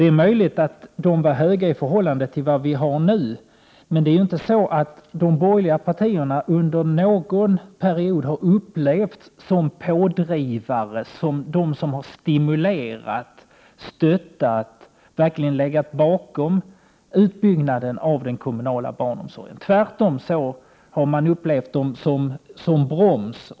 Det är möjligt att statsbidragen då var höga i förhållande till vad de är nu, men de borgerliga partierna har inte under någon period upplevts som pådrivare som har stimulerat, stöttat och legat bakom utbyggnaden av den kommunala barnomsorgen. Tvärtom har de borgerliga partierna upplevts som en broms.